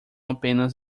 apenas